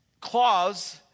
claws